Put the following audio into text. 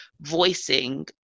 voicing